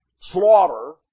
slaughter